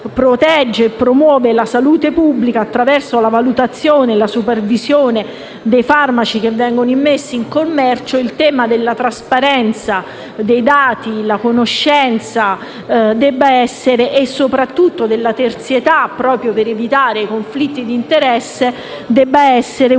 protegge e promuove la salute pubblica attraverso la valutazione e la supervisione dei farmaci che vengono immessi in commercio, i temi della trasparenza dei dati, della conoscenza e soprattutto della terzietà, per evitare conflitti di interesse, debbano essere uno